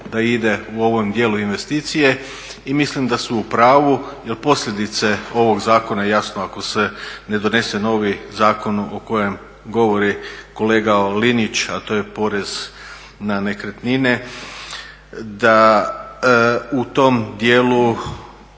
da ide u ovom djelu investicije. I mislim da su u pravu jer posljedice ovog zakona, jasno ako se ne donese novi zakon o kojem govori kolega Linić, a to je porez na nekretnine, da u tom dijelu,